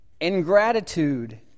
Ingratitude